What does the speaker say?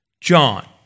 John